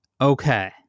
Okay